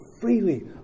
freely